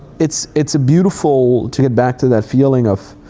it's it's a beautiful to get back to that feeling of,